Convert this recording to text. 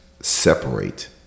separate